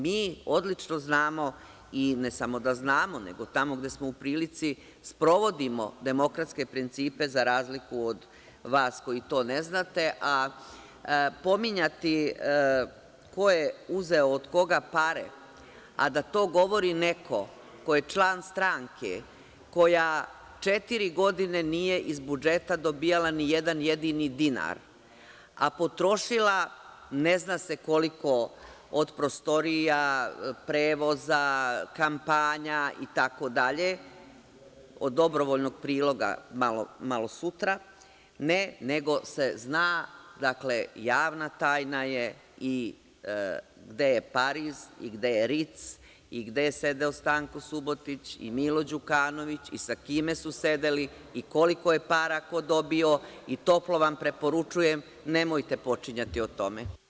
Mi odlično znamo i ne samo da znamo, nego tamo gde smo u prilici sprovodimo demokratske principe za razliku od vas koji to ne znate, a pominjati ko je uzeo od koga pare, a da to govori neko ko je član stranke koja četiri godine nije iz budžeta dobijala nijedan jedini dinar, a potrošila ne zna se koliko, od prostorija, prevoza, kampanja itd, od dobrovoljnog priloga malo sutra, ne nego se zna, javna tajna je i gde je Pariz, i gde je „Ric“ i gde je sedeo Stanko Subotić i Milo Đukanović i sa kime su sedeli i koliko je para ko dobio i toplo vam preporučujem – nemojte počinjati o tome.